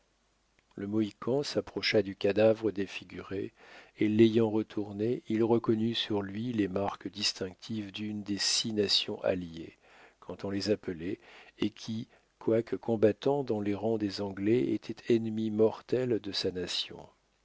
le mohican s'approcha du cadavre défiguré et l'ayant retourné il reconnut sur lui les marques distinctives d'une des six nations alliées comme on les appelait et qui quoique combattant dans les rangs des anglais étaient ennemies mortelles de sa nation